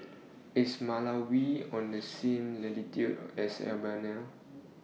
IS Malawi on The same latitude as Albania